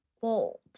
bold